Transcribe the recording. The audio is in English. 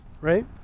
right